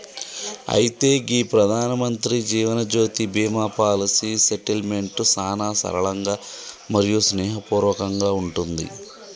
అయితే గీ ప్రధానమంత్రి జీవనజ్యోతి బీమా పాలసీ సెటిల్మెంట్ సానా సరళంగా మరియు స్నేహపూర్వకంగా ఉంటుంది